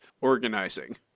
organizing